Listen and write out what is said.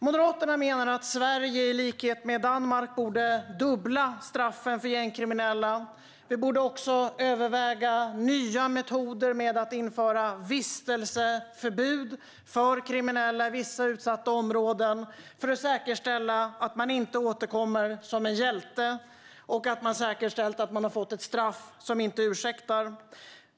Moderaterna menar att Sverige i likhet med Danmark borde dubbla straffen för gängkriminella. Vi borde också överväga nya metoder, till exempel att införa vistelseförbud för kriminella i vissa utsatta områden för att säkerställa att de inte återkommer som hjältar och att de har fått ett straff som inte ursäktar.